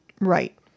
Right